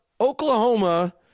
Oklahoma